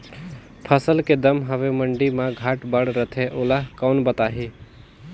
फसल के दम हवे मंडी मा घाट बढ़ा रथे ओला कोन बताही?